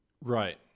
Right